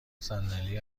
صندلی